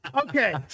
Okay